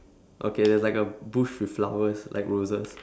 okay there's like a bush with flowers like roses